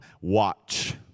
watch